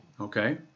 Okay